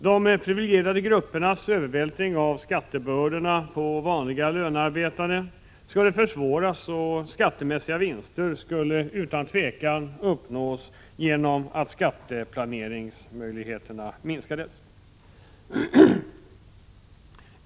De privilegierade gruppernas övervältring av skattebördorna på vanliga lönearbetande skulle försvåras, och skattemässiga vinster skulle utan tvivel uppnås genom att skatteplaneringen minskades.